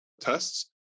tests